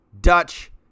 Dutch